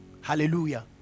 hallelujah